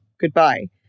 Goodbye